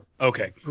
Okay